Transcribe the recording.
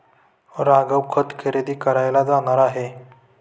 राघव खत खरेदी करायला जाणार आहे